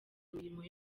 imirimo